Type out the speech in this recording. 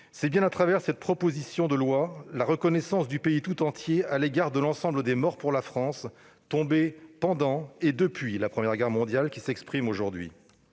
2023. Au travers de ce texte, c'est la reconnaissance du pays tout entier à l'égard de l'ensemble des morts pour la France, tombés pendant et depuis la Première Guerre mondiale, qui s'exprime aujourd'hui.